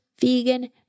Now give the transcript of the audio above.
vegan